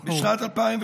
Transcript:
אנחנו אחרי הזמן.